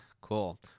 cool